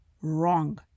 Wrong